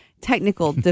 technical